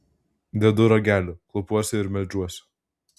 dedu ragelį klaupiuosi ir meldžiuosi